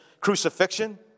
crucifixion